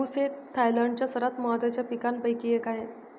ऊस हे थायलंडच्या सर्वात महत्त्वाच्या पिकांपैकी एक आहे